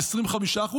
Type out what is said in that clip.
25%,